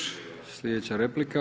Slijedeća replika.